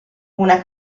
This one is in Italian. una